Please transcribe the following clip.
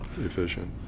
efficient